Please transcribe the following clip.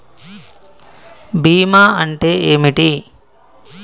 బీమా అంటే ఏమిటి?